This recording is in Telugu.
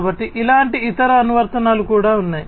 కాబట్టి ఇలాంటి ఇతర అనువర్తనాలు కూడా ఉన్నాయి